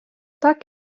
так